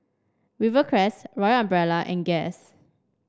Rivercrest Royal Umbrella and Guess